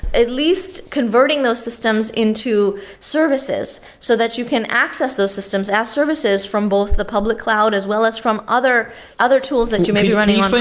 at least converting those systems into services so that you can access those systems as services from both the public cloud as well as from other other tools that you may be running on-prem.